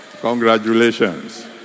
Congratulations